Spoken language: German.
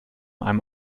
einem